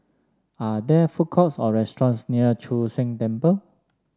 are there food courts or restaurants near Chu Sheng Temple